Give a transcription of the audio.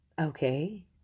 okay